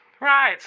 Right